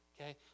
Okay